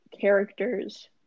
characters